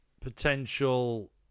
potential